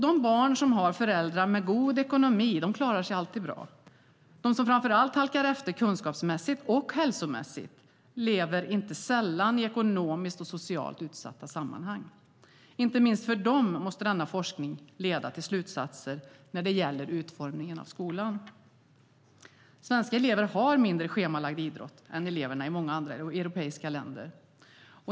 De barn som har föräldrar med god ekonomi klarar sig alltid bra. De som halkar efter kunskapsmässigt, och hälsomässigt, är framför allt och inte sällan de som lever i ekonomiskt och socialt utsatta sammanhang. Inte minst för dem måste denna forskning leda till slutsatser när det gäller utformningen av skolan. Svenska elever har mindre schemalagd idrott än eleverna i många andra europeiska länder.